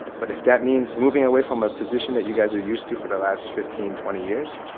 but if that means moving away from a position that you guys are used to for the last fifteen, twenty years,